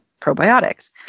probiotics